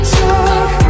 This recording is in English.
talk